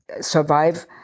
survive